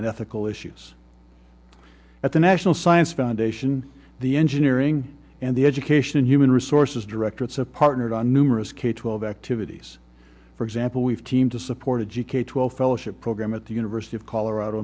and ethical issues at the national science foundation the engineering and the education and human resources director it's a partner to numerous k twelve activities for example we've teamed to support a g k twelve fellowship program at the university of colorado